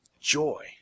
joy